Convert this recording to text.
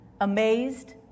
amazed